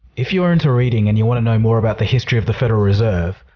if you're into reading and you want to know more about the history of the federal reserve,